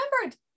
remembered